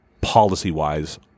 policy-wise